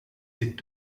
sitt